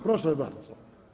Proszę bardzo.